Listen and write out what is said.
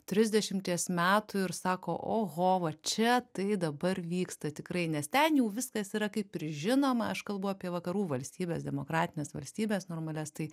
trisdešimties metų ir sako oho va čia tai dabar vyksta tikrai nes ten jau viskas yra kaip ir žinoma aš kalbu apie vakarų valstybes demokratines valstybes normalias tai